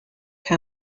how